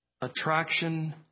attraction